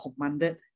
commanded